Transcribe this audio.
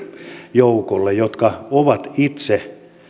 joukolle jotka ovat itse